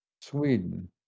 Sweden